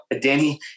Danny